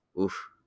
oof